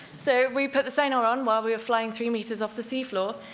so we put the sonar on while we were flying three meters off the seafloor,